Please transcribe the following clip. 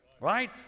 right